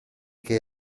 che